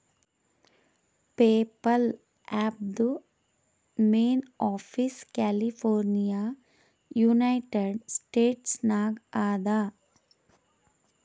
PayPal ಆ್ಯಪ್ದು main office California United States ನಾಗ್ ಅದಾ